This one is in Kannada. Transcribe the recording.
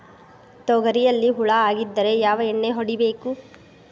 ತೊಗರಿಯಲ್ಲಿ ಹುಳ ಆಗಿದ್ದರೆ ಯಾವ ಎಣ್ಣೆ ಹೊಡಿಬೇಕು?